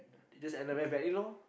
it just ended very badly lor